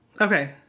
Okay